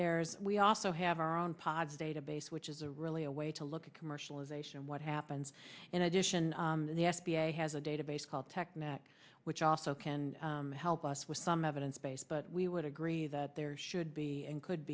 there is we also have our own pods database which is a really a way to look at commercialization what happens in addition the s b a has a database called tech net which also can help us with some evidence base but we would agree that there should be and could